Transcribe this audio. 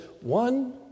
one